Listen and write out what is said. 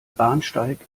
bahnsteig